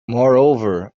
moreover